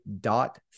dot